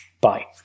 bye